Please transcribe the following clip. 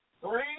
three